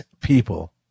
people